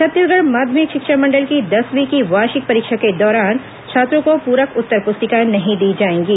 छत्तीसगढ़ माध्यमिक शिक्षा मंडल की दसवीं की वार्षिक परीक्षा के दौरान छात्रों को पूरक उत्तर पुस्तिकाएं नहीं दी जाएंगी